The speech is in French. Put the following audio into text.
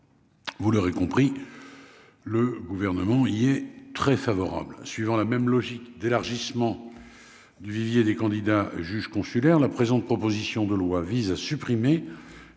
Vous l'aurez compris le gouvernement, il y est très favorable, suivant la même logique d'élargissement du vivier des candidats juges consulaires la présente proposition de loi vise à supprimer